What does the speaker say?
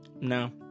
No